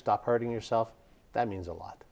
stop hurting yourself that means a lot